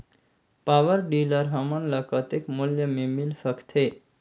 Power tiller हमन ल कतेक मूल्य मे मिल सकथे?